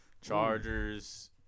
Chargers